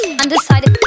undecided